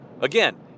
Again